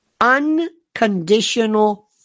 unconditional